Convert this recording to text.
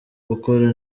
gukora